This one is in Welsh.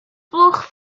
blwch